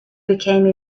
became